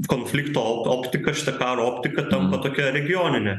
konflikto o optika šita karo optika tampa tokia regioninė